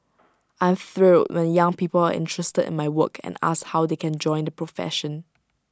I am thrilled when young people are interested in my work and ask how they can join the profession